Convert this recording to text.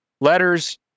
letters